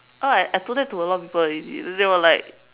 oh I I told that to a lot of people already they were like